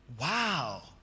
wow